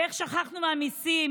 ואיך שכחנו מהמיסים,